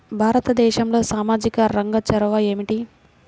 భారతదేశంలో సామాజిక రంగ చొరవ ఏమిటి?